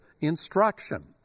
instruction